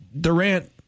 Durant